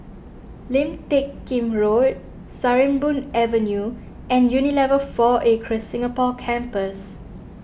Lim Teck Kim Road Sarimbun Avenue and Unilever four Acres Singapore Campus